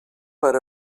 per